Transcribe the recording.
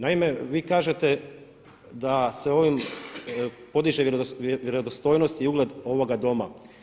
Naime, vi kažete da se ovim podiže vjerodostojnost i ugled ovoga doma.